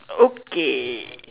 okay